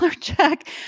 check